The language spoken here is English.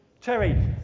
Terry